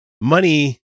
money